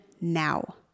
now